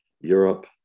Europe